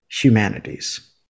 humanities